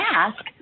ask